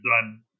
done